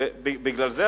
ובגלל זה,